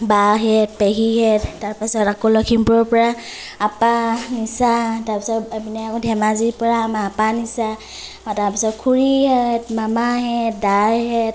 বাহেঁত পেহীহেঁত তাৰ পাছত আকৌ লখিমপুৰৰ পৰা আপা নিচা তাৰ পিছত এইপিনে আকৌ ধেমাজিৰপৰা আমাৰ আপা নিচা তাৰ পিছত খুৰীহেঁত মামাহেঁত দাইহেঁত